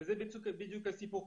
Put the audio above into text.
וזה בדיוק הסיפור.